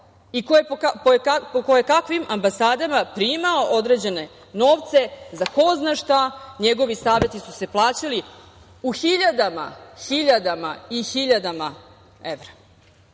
je po kojekakvim ambasadama primao određene novce za ko zna. Njegovi saveti su se plaćali u hiljadama i hiljadama evra. Ne